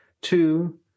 two